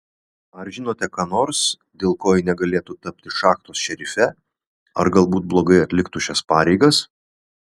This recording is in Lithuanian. ar žinote ką nors dėl ko ji negalėtų tapti šachtos šerife ar galbūt blogai atliktų šias pareigas